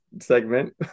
segment